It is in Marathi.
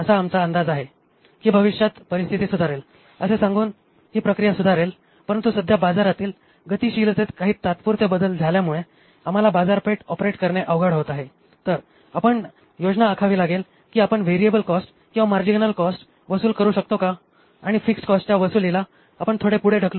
आमचा असा अंदाज आहे की भविष्यात परिस्थिती सुधारेल असे सांगून ही प्रक्रिया सुधारेल परंतु सध्या बाजारातील गतिशीलतेत काही तात्पुरते बदल झाल्यामुळे आम्हाला बाजारपेठ ऑपरेट करणे अवघड होत आहे तर आपण योजना आखावी लागेल कि आपण व्हेरिएबल कॉस्ट किंवा मार्जिनल कॉस्ट वसूल करू शकतो का आणि फिक्स्ड कॉस्टच्या वसुलीला आपण थोडे पुढे ढकलू